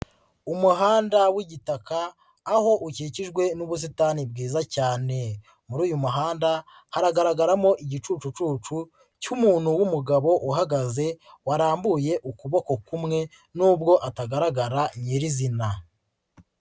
Umuhanda w'igitaka, aho ukikijwe n'ubusitani bwiza cyane. Muri uyu muhanda, hagaragaramo igicucucu cy'umuntu w'umugabo uhagaze, warambuye ukuboko kumwe nubwo atagaragara nyirizina.